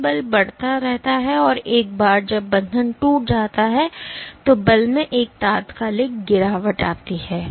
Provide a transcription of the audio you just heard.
तो आपका बल बढ़ता रहता है और एक बार जब बंधन टूट जाता है तो बल में एक तात्कालिक गिरावट होती है